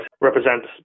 represents